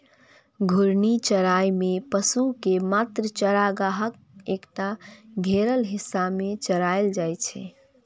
घूर्णी चराइ मे पशु कें मात्र चारागाहक एकटा घेरल हिस्सा मे चराएल जाइ छै